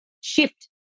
shift